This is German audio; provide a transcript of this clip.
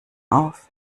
auf